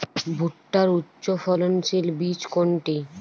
ভূট্টার উচ্চফলনশীল বীজ কোনটি?